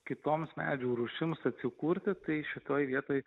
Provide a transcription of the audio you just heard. kitoms medžių rūšims atsikurti tai šitoje vietoj